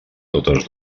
totes